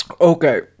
Okay